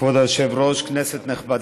כבוד היושב-ראש, כנסת נכבדה,